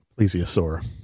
plesiosaur